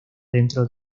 dentro